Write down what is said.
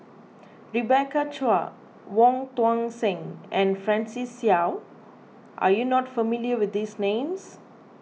Rebecca Chua Wong Tuang Seng and Francis Seow are you not familiar with these names